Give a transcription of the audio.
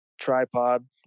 tripod